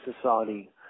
society